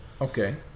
Okay